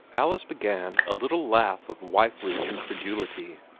alice began a little laugh of wifely incredulity,